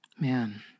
Man